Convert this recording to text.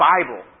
Bible